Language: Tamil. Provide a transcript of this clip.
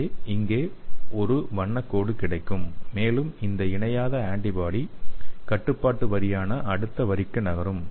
எனவே இங்கே ஒரு வண்ணக் கோடு கிடைக்கும் மேலும் இந்த இணையாத ஆன்டிபாடி கட்டுப்பாட்டு வரியான அடுத்த வரிக்கு நகரும்